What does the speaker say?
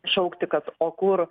šaukti kad o kur